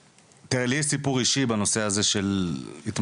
תראה לי יש סיפור אישי בנושא הזה של התמכרויות,